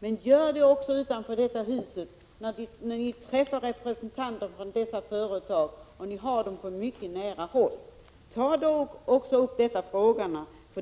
men gör det också utanför det här huset när ni träffar representanter för olika företag och har dem på mycket nära håll! Ta då också upp dessa frågor.